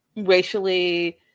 racially